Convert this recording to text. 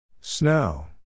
Snow